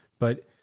but.